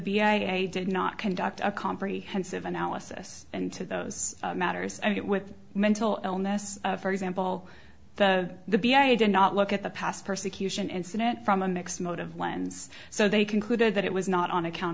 i did not conduct a comprehensive analysis and to those matters it with mental illness for example the b i did not look at the past persecution incident from a mixed motive lens so they concluded that it was not on account